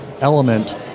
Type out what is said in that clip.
element